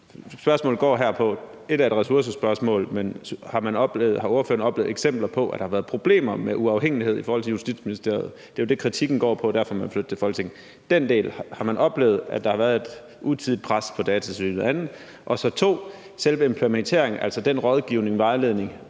spørgsmål. Ét er et ressourcespørgsmål, men har ordføreren oplevet eksempler på, at der har været problemer med uafhængigheden i forhold til Justitsministeriet? Det er jo det, kritikken går på, og derfor, man vil flytte det til Folketinget. Til den del: Har man oplevet, at der har været et utidigt pres på Datatilsynet? Mit andet spørgsmål handler om selve implementeringen, altså den rådgivning og vejledning,